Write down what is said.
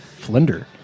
Flinder